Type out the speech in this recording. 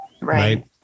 right